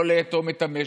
לא לאטום את המשק,